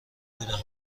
بودم